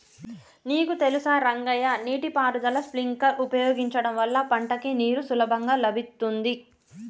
నీకు తెలుసా రంగయ్య నీటి పారుదల స్ప్రింక్లర్ ఉపయోగించడం వల్ల పంటకి నీరు సులభంగా లభిత్తుంది